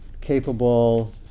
capable